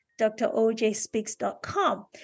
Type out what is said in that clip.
DrOJSpeaks.com